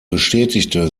bestätigte